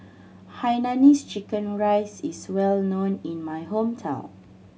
Hainanese chicken rice is well known in my hometown